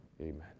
Amen